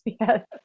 Yes